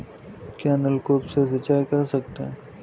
क्या नलकूप से सिंचाई कर सकते हैं?